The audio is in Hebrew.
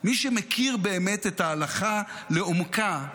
מי שמכיר באמת את ההלכה לעומקה,